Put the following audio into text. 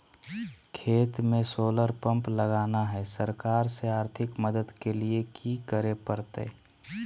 खेत में solar pump लगाना है, सरकार से आर्थिक मदद के लिए की करे परतय?